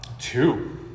Two